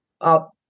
up